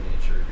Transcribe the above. nature